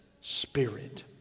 spirit